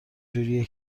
جوریه